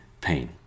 pain